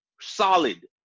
solid